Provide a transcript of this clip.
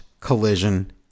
Collision